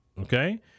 Okay